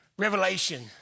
Revelation